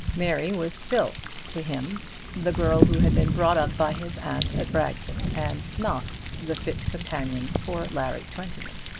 mary was still to him the girl who had been brought up by his aunt at bragton, and not the fit companion for larry twentyman.